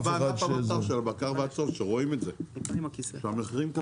כמו בענף של הבקר שרואים את זה שהמחירים קפצו.